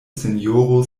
sinjoro